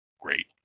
great